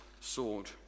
sword